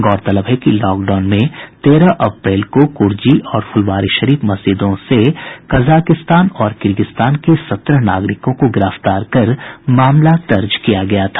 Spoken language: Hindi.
गौरतलब है कि लॉकडाउन में तेरह अप्रैल को कुर्जी और फुलवारीशरीफ मस्जिदों से कजाकिस्तान और किर्गिस्तान के सत्रह नागरिकों को गिरफ्तार कर मामला दर्ज किया गया था